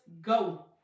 go